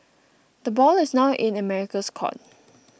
the ball is now in America's court